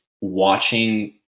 watching